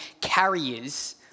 carriers